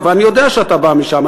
אני יודע שאתה בא משם,